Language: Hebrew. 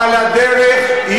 אבל הדרך,